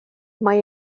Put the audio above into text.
mae